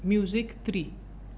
music three